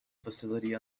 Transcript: facility